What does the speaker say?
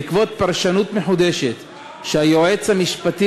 בעקבות פרשנות מחודשת שהיועץ המשפטי